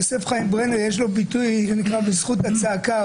יוסף חיים ברנר יש לו ביטוי, "בזכות הצעקה".